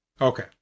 Okay